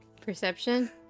Perception